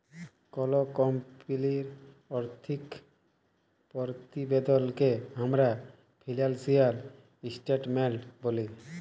call কমপালির আথ্থিক পরতিবেদলকে আমরা ফিলালসিয়াল ইসটেটমেলট ব্যলি